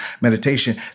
meditation